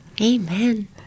Amen